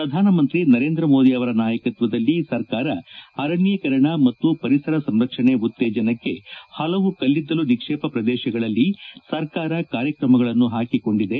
ಪ್ರಧಾನಮಂತ್ರಿ ನರೇಂದ್ರ ಮೋದಿ ಅವರ ನಾಯಕತ್ವದಲ್ಲಿ ಸರ್ಕಾರ ಅರಣ್ಯೇಕರಣ ಮತ್ತು ಪರಿಸರ ಸಂರಕ್ಷಣೆ ಉತ್ತೇಜನಕ್ಕೆ ಹಲವು ಕಲ್ಲಿದ್ದಲು ನಿಕ್ಷೇಪ ಪ್ರದೇಶಗಳಲ್ಲಿ ಸರ್ಕಾರ ಕಾರ್ಯಕ್ರಮಗಳನ್ನು ಹಾಕಿಕೊಂಡಿದೆ